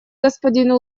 господину